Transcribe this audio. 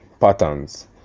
patterns